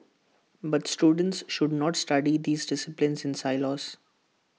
but students should not study these disciplines in silos